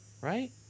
right